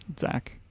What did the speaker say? Zach